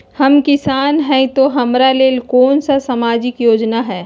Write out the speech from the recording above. हम किसान हई तो हमरा ले कोन सा सामाजिक योजना है?